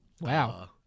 Wow